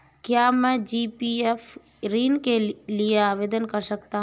क्या मैं जी.पी.एफ ऋण के लिए आवेदन कर सकता हूँ?